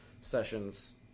sessions